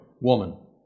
woman